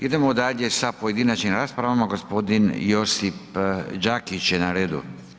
Idemo dalje sa pojedinačnim raspravama, gospodin Josip Đakić je na redu.